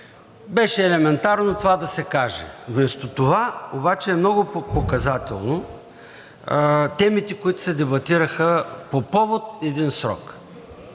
Беше елементарно това да се каже. Вместо това обаче са много показателни темите, които се дебатираха по повод един срок.